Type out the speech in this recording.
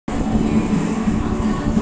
গাছের যে কাঠ আছে সেখান থেকে কাগজ বানানো হতিছে